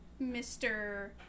Mr